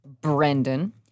Brendan